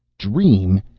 dream!